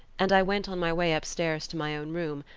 and i went on my way upstairs to my own room,